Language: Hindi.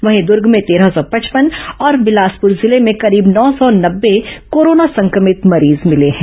वहीं दुर्ग में तेरह सौ पचपन और बिलासपुर जिले में करीब नौ सौ नब्बे कोरोना संक्रमित मरीज मिले हैं